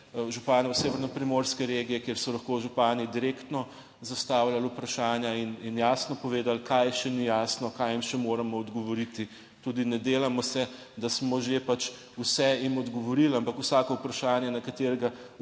severnoprimorske regije, kjer so lahko župani direktno zastavljali vprašanja in jasno povedali, kaj še ni jasno, kaj jim še moramo odgovoriti. Tudi ne delamo se, da smo že pač vse jim odgovorili, ampak vsako vprašanje, na katerega